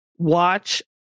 watch